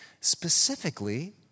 Specifically